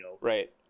Right